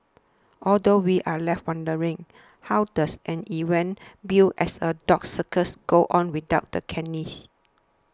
although we're left wondering how does an event billed as a dog circus go on without the canines